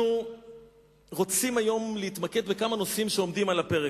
אנחנו רוצים היום להתמקד בכמה נושאים שעומדים על הפרק.